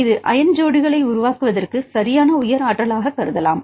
இது அயன் ஜோடிகளை உருவாக்குவதற்கான சரியான உயர் ஆற்றலாகக் கருதலாம்